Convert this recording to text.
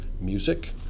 music